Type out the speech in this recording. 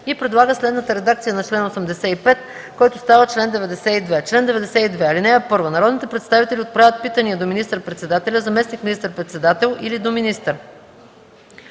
и предлага следната редакция на чл. 85, който става чл. 92: „Чл. 92. (1) Народните представители отправят питания до министър-председателя, заместник министър-председател или до министър.